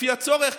לפי הצורך,